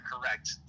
correct